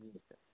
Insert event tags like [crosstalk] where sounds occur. [unintelligible]